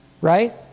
Right